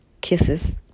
Kisses